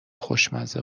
خوشمزه